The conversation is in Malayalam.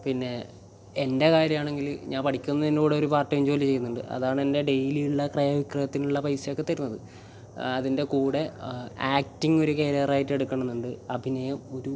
പിന്നെ എൻ്റെ കാര്യമാണെങ്കിൽ ഞാൻ പഠിക്കുന്നതിൻ്റെ കൂടെ ഒരു പാർട്ട് ടൈം ജോലി ചെയ്യുന്നുണ്ട് അതാണ് എൻ്റെ ഡയിലി ഉള്ള ക്രയവിക്രയതിനുള്ള പൈസ ഒക്കെ തരുന്നത് അതിൻ്റെ കൂടെ ആക്ടിങ് ഒരു കരിയർ ആയിട്ട് എടുക്കണം എന്നുണ്ട് അഭിനയം ഒരു